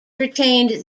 retained